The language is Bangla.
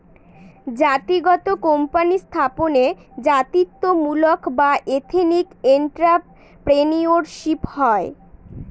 জাতিগত কোম্পানি স্থাপনে জাতিত্বমূলক বা এথেনিক এন্ট্রাপ্রেনিউরশিপ হয়